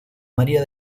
maría